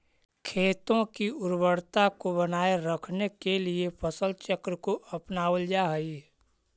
खेतों की उर्वरता को बनाए रखने के लिए फसल चक्र को अपनावल जा हई